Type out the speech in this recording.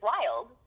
wild